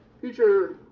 future